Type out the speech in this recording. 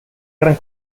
gran